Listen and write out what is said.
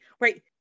right